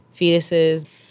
fetuses